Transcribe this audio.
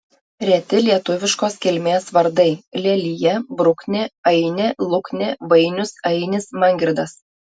reti lietuviškos kilmės vardai lelija bruknė ainė luknė vainius ainis mangirdas